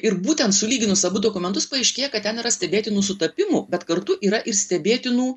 ir būtent sulyginus abu dokumentus paaiškėja kad ten yra stebėtinų sutapimų bet kartu yra ir stebėtinų